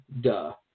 duh